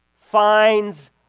finds